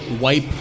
wipe